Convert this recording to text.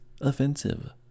offensive